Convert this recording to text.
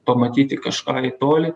pamatyti kažką į tolį